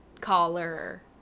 collar